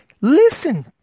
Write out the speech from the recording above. Listen